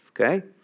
Okay